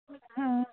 অঁ